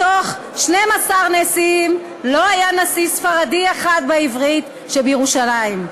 מתוך 12 נשיאים לא היה נשיא ספרדי אחד בעברית שבירושלים,